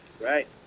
Right